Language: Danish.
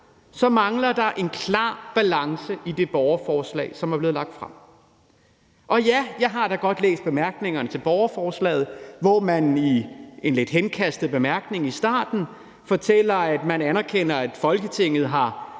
så mangler der en klar balance i det borgerforslag, som er blevet lagt frem. Jeg har da godt læst bemærkningerne til borgerforslaget, hvor man i en lidt henkastet bemærkning i starten fortæller, at man anerkender, at Folketinget har